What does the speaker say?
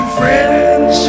friends